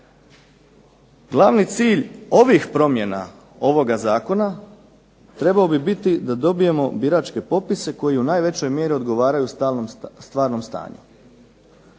glavni cilj ovih promjena ovoga zakona trebao bi biti da dobijemo biračke popise koji u najvećoj mjeri odgovaraju stvarnom stanju.